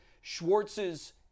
Schwartz's